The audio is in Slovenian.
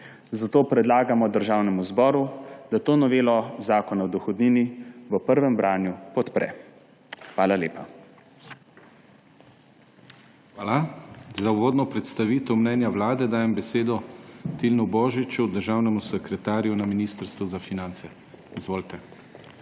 Zato predlagamo Državnemu zboru, da to novelo Zakona o dohodnini v prvem branju podpre. Hvala lepa. PODPREDSEDNIK DANIJEL KRIVEC: Hvala. Za uvodno predstavitev mnenja Vlade dajem besedo Tilnu Božiču, državnemu sekretarju na Ministrstvu za finance. Izvolite!